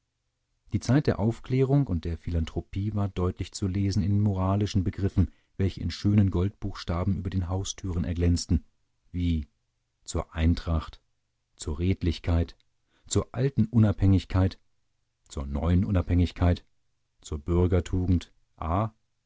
die zeit der aufklärung und der philanthropie war deutlich zu lesen in den moralischen begriffen welche in schönen goldbuchstaben über den haustüren erglänzten wie zur eintracht zur redlichkeit zur alten unabhängigkeit zur neuen unabhängigkeit zur bürgertugend a